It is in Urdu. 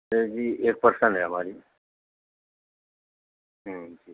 سر جی ایک پر سینٹ ہے ہماری ہوں